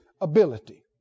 ability